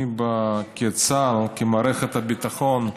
אני, כצה"ל, כמערכת הביטחון,